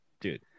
Dude